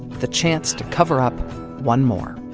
the chance to cover-up one more.